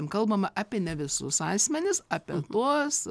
kalbama apie ne visus asmenis apie tuos